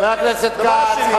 חבר הכנסת כץ.